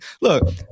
Look